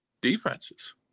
defenses